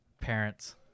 Parents